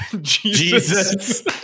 Jesus